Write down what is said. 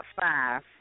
five